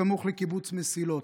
סמוך לקיבוץ מסילות,